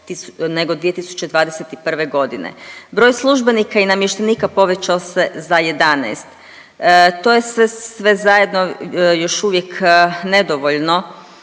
nego 2021. g. Broj službenika i namještenika povećao se za 11. To je sve zajedno još uvijek nedovoljno